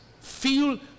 feel